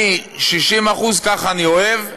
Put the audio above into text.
אני, 60% ככה אני אוהב,